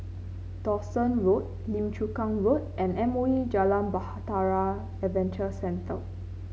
Dawson Road Lim Chu Kang Road and M O E Jalan Bahtera Adventure Centre